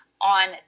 on